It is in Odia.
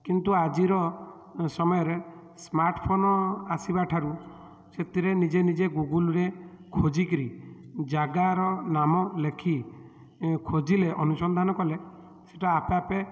କିନ୍ତୁ ଆଜିର ସମୟରେ ସ୍ମାର୍ଟ ଫୋନ୍ ଆସିବା ଠାରୁ ସେଥିରେ ନିଜେ ନିଜେ ଗୁଗୁଲ୍ରେ ଖୋଜିକି ଜାଗାର ନାମ ଲେଖି ଖୋଜିଲେ ଅନୁସନ୍ଧାନ କଲେ ସେଟା ଆପେ ଆପେ